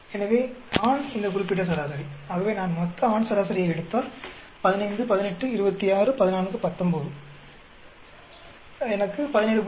எனவே ஆண் இந்த குறிப்பிட்ட சராசரி ஆகவே நான் மொத்த ஆண் சராசரியை எடுத்தால் 15 18 26 14 19 எனக்கு 17